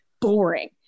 boring